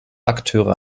akteure